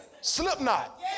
Slipknot